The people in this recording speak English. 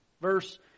verse